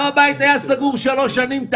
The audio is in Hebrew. הר הבית היה סגור שלוש שנים.